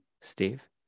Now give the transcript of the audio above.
steve